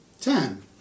ten